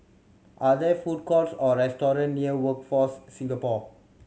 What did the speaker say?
are there food courts or restaurant near Workforce Singapore